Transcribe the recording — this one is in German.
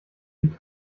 wie